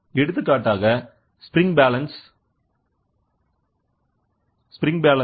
எடுத்துக்காட்டாக spring balance